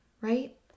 right